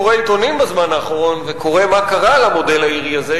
קורא עיתונים בזמן האחרון וקורא מה קרה למודל האירי הזה.